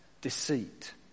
deceit